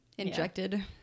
Injected